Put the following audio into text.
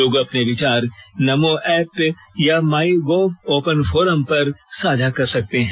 लोग अपने विचार नमो एप या माईगोव ओपन फोरम पर साझा कर सकते हैं